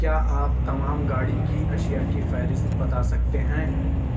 کیا آپ تمام گاڑی کی اشیاء کی فہرست بتا سکتے ہیں